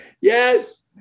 yes